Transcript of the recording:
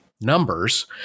numbers